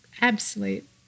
absolute